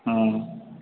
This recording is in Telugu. ఆ